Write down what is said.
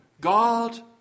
God